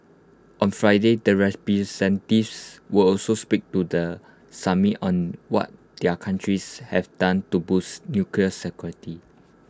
on Friday the will also speak to the summit on what their countries have done to boost nuclear security